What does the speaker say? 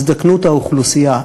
הזדקנות האוכלוסייה.